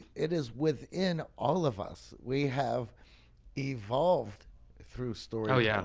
it is within all of us. we have evolved through storytelling. yeah